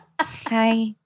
Hi